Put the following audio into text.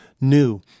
new